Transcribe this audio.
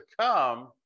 come